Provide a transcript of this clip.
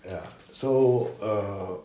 ya so uh